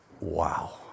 wow